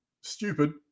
stupid